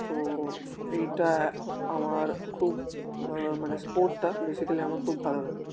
তো এইটা আমার খুব মানে স্পোর্টটা বেসিক্যালি আমার খুব ভালো লাগে